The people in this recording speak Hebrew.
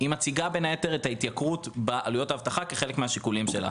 היא מציגה בין היתר את ההתייקרות בעלויות האבטחה כחלק מהשיקולים שלה.